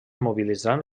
mobilitzant